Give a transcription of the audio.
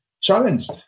challenged